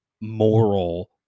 moral